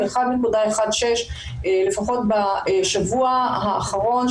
1.16 לפחות בשבוע האחרון,